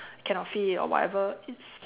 cannot fit or whatever is